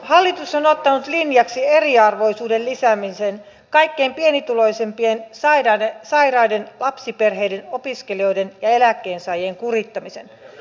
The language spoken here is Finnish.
hallitus on ottanut linjaksi eriarvoisuuden lisäämisen kaikkein pienituloisimpien sairaiden lapsiperheiden opiskelijoiden ja eläkkeensaajien kurittamisen